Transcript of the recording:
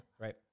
Right